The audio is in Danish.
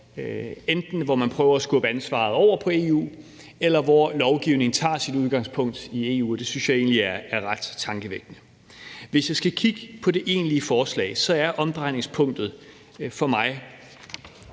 om, at man prøver at skubbe ansvaret over på EU, eller at lovgivningen tager sit udgangspunkt i EU, og det synes jeg egentlig er ret tankevækkende. Hvis jeg skal kigge på det egentlige forslag, er omdrejningspunktet for mig